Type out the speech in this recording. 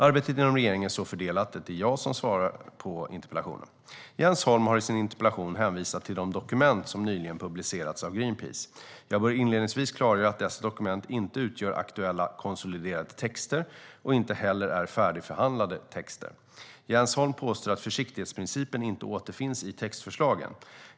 Arbetet inom regeringen är så fördelat att det är jag som ska svara på interpellationen. Jens Holm har i sin interpellation hänvisat till de dokument som nyligen publicerats av Greenpeace. Jag bör inledningsvis klargöra att dessa dokument inte utgör aktuella konsoliderade texter och inte heller är färdigförhandlade texter. Jens Holm påstår att försiktighetsprincipen inte återfinns i textförslagen.